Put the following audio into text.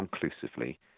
conclusively